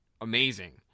amazing